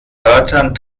wörtern